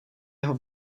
jeho